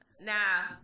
Now